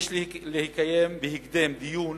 יש לקיים בהקדם דיון